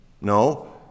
No